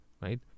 right